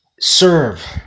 serve